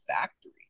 factory